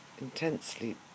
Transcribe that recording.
intensely